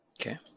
Okay